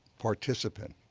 participant,